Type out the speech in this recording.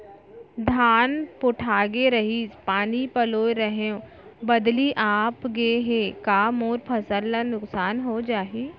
धान पोठागे रहीस, पानी पलोय रहेंव, बदली आप गे हे, का मोर फसल ल नुकसान हो जाही?